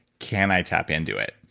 can i tap into it?